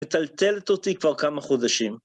מטלטלת אותי כבר כמה חודשים.